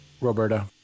Roberta